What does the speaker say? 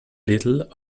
little